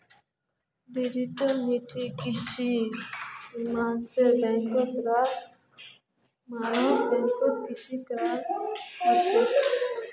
digital currency देशेर सरकारेर द्वारे मान्यता प्राप्त करेंसी ह छेक